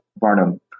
Barnum